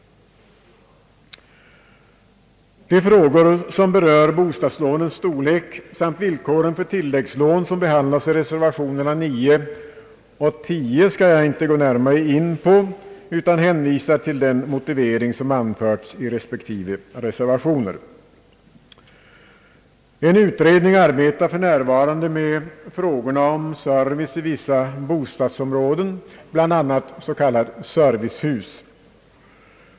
De frågor som berör bostadslånens storlek samt villkoren för tilläggslån, som behandlas i reservationerna 9 och 10, skall jag inte gå närmare in på, utan hänvisar till den motivering som anförts i respektive reservationer. En utredning arbetar för närvarande med frågorna om service i vissa bostadsområden, bl.a. s.k. servicehus.